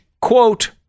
quote